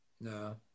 No